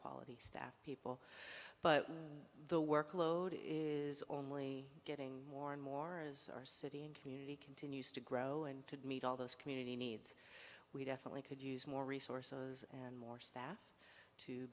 quality staff people but the workload is only getting more and more as our city and county continues to grow and to meet all those community needs we definitely could use more resources and more staff to